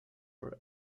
were